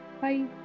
Bye